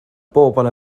bobl